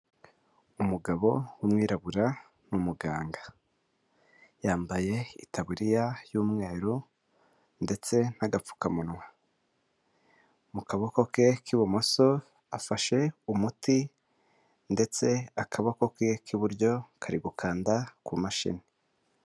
Umugabo w'umwirabura ni umuganga, yambaye itaburiya y'umweru ndetse n'agapfukamunwa, mu kaboko ke k'ibumoso afashe umuti ndetse akaboko ke k'iburyo kari gukanda ku mashini.